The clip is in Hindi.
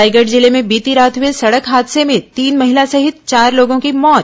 रायगढ़ जिले में बीती रात हुए सड़क हादसे में तीन महिला सहित चार लोगों की मौत